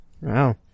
Wow